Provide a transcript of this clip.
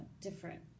different